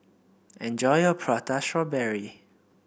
enjoy your Prata Strawberry